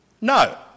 No